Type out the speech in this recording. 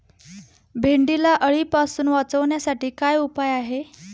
भेंडीला अळीपासून वाचवण्यासाठी काय उपाय आहे?